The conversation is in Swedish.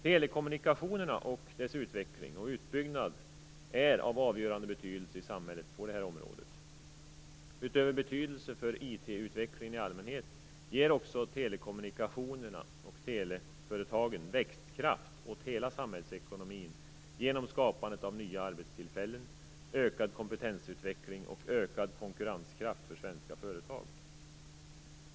Telekommunikationerna och deras utveckling och utbyggnad är av avgörande betydelse i samhället på det här området. Utöver betydelsen för IT utvecklingen i allmänhet ger telekommunikationerna och teleföretagen också växtkraft åt hela samhällsekonomin genom skapandet av nya arbetstillfällen, ökad kompetensutveckling och ökad konkurrenskraft för svenska företag.